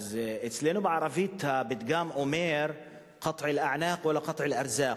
אצלנו בערבית הפתגם אומר: קַטְע אלאַעְנַאק וַלַא קַטְע אלאַרְזַאק,